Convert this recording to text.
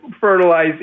fertilize